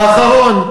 האחרון,